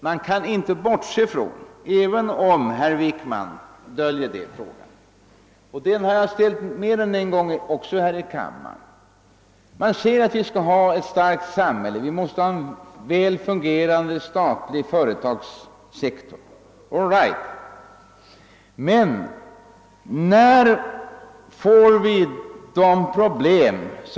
Man säger att vi skall ha ett starkt samhälle, att vi måste ha en väl fungerande statlig företagssektor. All right.